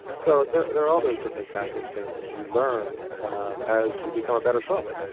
so there there are all those different kinds of things that you learn as you become a better cook.